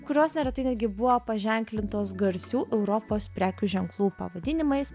kurios neretai netgi buvo paženklintos garsių europos prekių ženklų pavadinimais